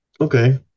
Okay